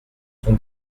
son